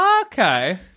Okay